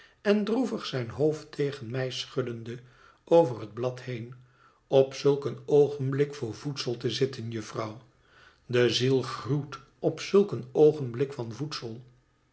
en droevig zijn hoofd tegen mij schuddende over hot blad heen op zulk een oogenblik voor voedsel te zitten jufvrouw de ziel gruwt op zulk een oogenblik van voedsel